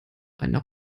einer